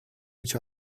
each